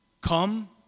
Come